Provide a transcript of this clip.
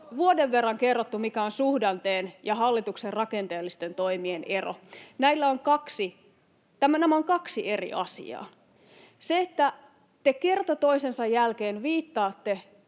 vuoden verran kerrottu, mikä on suhdanteen ja hallituksen rakenteellisten toimien ero. Nämä ovat kaksi eri asiaa. Kun te kerta toisensa jälkeen viittaatte